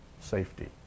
safety